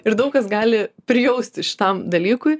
ir daug kas gali prijausti šitam dalykui